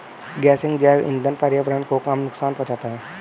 गेसिंग जैव इंधन पर्यावरण को कम नुकसान पहुंचाता है